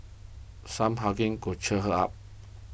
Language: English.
some hugging could cheer her up